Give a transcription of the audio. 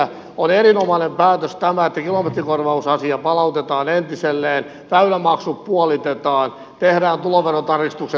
tämä on erinomainen päätös että kilometrikorvausasia palautetaan entiselleen väylämaksut puolitetaan tehdään tuloverotarkistukset